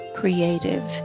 creative